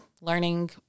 learning